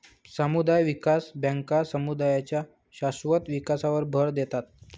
समुदाय विकास बँका समुदायांच्या शाश्वत विकासावर भर देतात